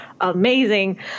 amazing